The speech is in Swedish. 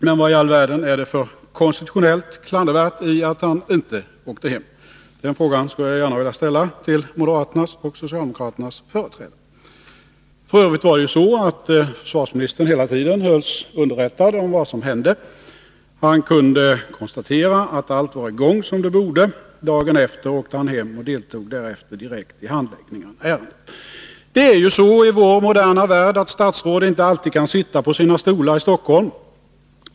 Men vad i all världen är det för konstitutionellt klandervärt i att han inte åkte hem? Den frågan vill jag gärna ställa till moderaternas och socialdemokraternas företrädare. F. ö. var det så att försvarsministern hela tiden hölls underrättad om vad som hände. Han kunde konstatera att allt var i gång som det borde vara. Dagen efter åkte han hem, och han deltog därefter direkt i handläggningen av ärendet. Det är ju så i vår moderna värld att statsråd inte alltid kan sitta på sina stolar i Stockholm.